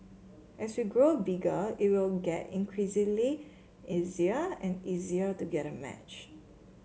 as we grow bigger it will get increasingly easier and easier to get a match